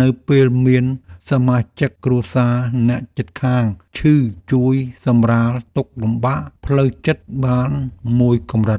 នៅពេលមានសមាជិកគ្រួសារអ្នកជិតខាងឈឺជួយសម្រាលទុក្ខលំបាកផ្លូវចិត្តបានមួយកម្រិត។